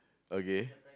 okay